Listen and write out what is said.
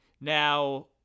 Now